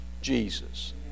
Jesus